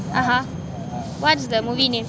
(uh huh) what is the movie name